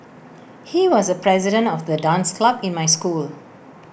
he was the president of the dance club in my school